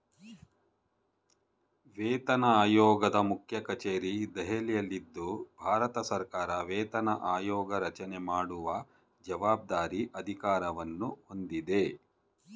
ವೇತನಆಯೋಗದ ಮುಖ್ಯಕಚೇರಿ ದೆಹಲಿಯಲ್ಲಿದ್ದು ಭಾರತಸರ್ಕಾರ ವೇತನ ಆಯೋಗರಚನೆ ಮಾಡುವ ಜವಾಬ್ದಾರಿ ಅಧಿಕಾರವನ್ನು ಹೊಂದಿದೆ